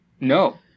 No